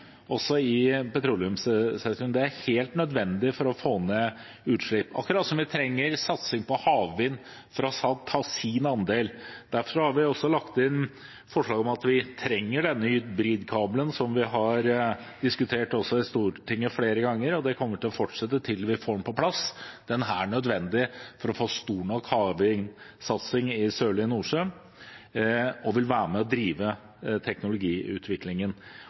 også i petroleumssektoren. Det er helt nødvendig for å få ned utslipp, akkurat som vi trenger at satsingen på havvind tar sin andel. Derfor har vi også lagt inn forslag om at vi trenger den hybridkabelen som vi har diskutert i Stortinget flere ganger. Det kommer til å fortsette til vi får den på plass. Den er nødvendig for å få stor nok havvindsatsing i Sørlige Nordsjø og vil være med og drive teknologiutviklingen.